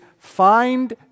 find